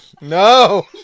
No